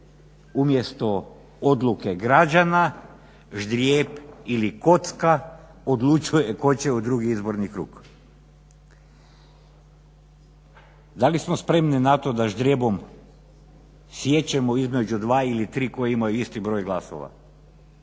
umjesto odluke građana ždrijeb ili kocka odlučuje tko će u drugi izborni krug. Da li smo spremni na to da ždrijebom siječemo između dva ili tri koji imaju isti broj glasova?